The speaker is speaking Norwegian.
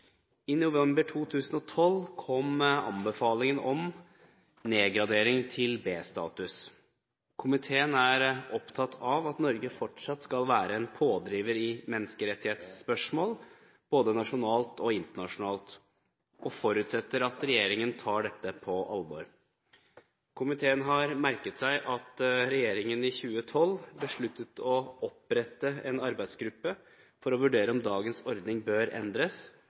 I november 2012 kom anbefalingen om nedgradering til B-status. Komiteen er opptatt av at Norge fortsatt skal være en pådriver i menneskerettighetsspørsmål – både nasjonalt og internasjonalt – og forutsetter at regjeringen tar dette på alvor. Komiteen har merket seg at regjeringen i 2012 besluttet å opprette en arbeidsgruppe for å vurdere om dagens ordning bør endres